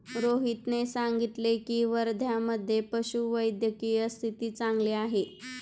रोहितने सांगितले की, वर्ध्यामधे पशुवैद्यकीय स्थिती चांगली आहे